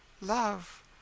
love